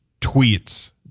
tweets